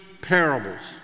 parables